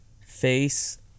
face